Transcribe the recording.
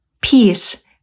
peace